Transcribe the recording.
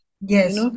Yes